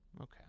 Okay